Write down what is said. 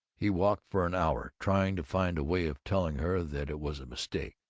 he walked for an hour, trying to find a way of telling her that it was a mistake.